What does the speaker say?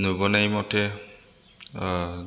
नुबोनाय मथे